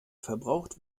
verbraucht